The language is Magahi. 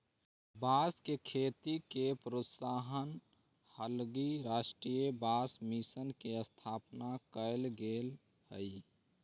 बाँस के खेती के प्रोत्साहन हलगी राष्ट्रीय बाँस मिशन के स्थापना कैल गेल हइ